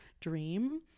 dream